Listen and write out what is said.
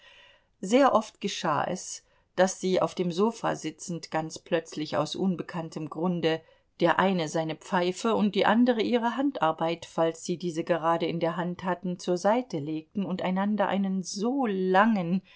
sehr oft geschah es daß sie auf dem sofa sitzend ganz plötzlich aus unbekanntem grunde der eine seine pfeife und die andere ihre handarbeit falls sie diese gerade in der hand hatten zur seite legten und einander einen so langen